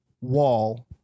wall